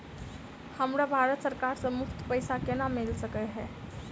हमरा भारत सरकार सँ मुफ्त पैसा केना मिल सकै है?